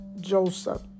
Joseph